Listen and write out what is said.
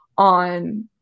on